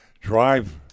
Drive